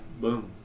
Boom